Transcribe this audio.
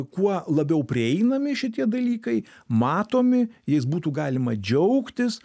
kuo labiau prieinami šitie dalykai matomi jais būtų galima džiaugtis